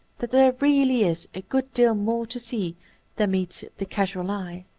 that there really is a good deal more to see than meets the casual eye.